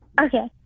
Okay